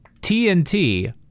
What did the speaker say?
TNT